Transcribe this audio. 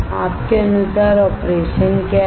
आपके अनुसार ऑपरेशन क्या है